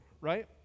right